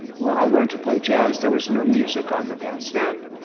when i learned to play jazz there was no music on the bandstand.